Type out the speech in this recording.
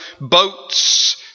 boats